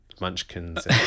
munchkins